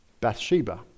Bathsheba